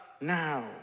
now